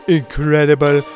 incredible